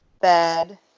bed